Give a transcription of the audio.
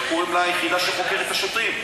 איך קוראים ליחידה שחוקרת את השוטרים?